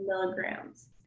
milligrams